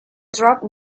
dropped